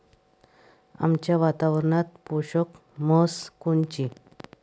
आमच्या वातावरनात पोषक म्हस कोनची?